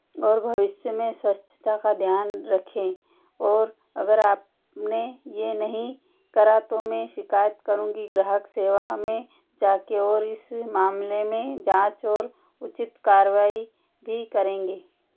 और भविष्य में स्वच्छता का ध्यान रखें और अगर आपने यह नहीं करा तो मैं शिकायत करूँगी ग्राहक सेवा में जाके और इस मामले में जांच और उचित कार्रवाई भी करेंगे